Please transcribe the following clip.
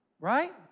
right